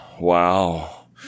wow